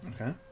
Okay